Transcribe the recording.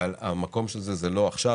אבל המקום של זה הוא לא עכשיו,